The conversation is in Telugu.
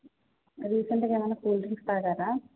రీసెంట్గా ఏమన్నా కూల్ డ్రింక్స్ తాగారా